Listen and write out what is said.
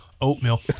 oatmeal